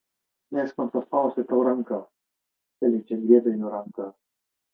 leisk man paspausti tau ranką feličė griebė jo ranką